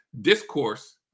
discourse